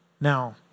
Now